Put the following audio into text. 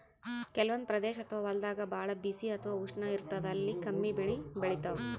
ಕೆಲವಂದ್ ಪ್ರದೇಶ್ ಅಥವಾ ಹೊಲ್ದಾಗ ಭಾಳ್ ಬಿಸಿ ಅಥವಾ ಉಷ್ಣ ಇರ್ತದ್ ಅಲ್ಲಿ ಕಮ್ಮಿ ಬೆಳಿ ಬೆಳಿತಾವ್